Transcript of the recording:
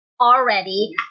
already